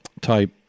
type